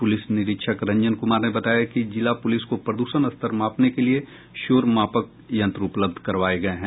police निरीक्षक रंजन कुमार ने बताया कि जिला पुलिस को प्रदूषण स्तर मापने के लिये शोर मापक यंत्र उपलब्ध करवाये गये हैं